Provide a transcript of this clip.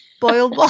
Boil